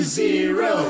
zero